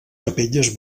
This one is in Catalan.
capelles